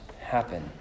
happen